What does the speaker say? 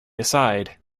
aside